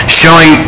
showing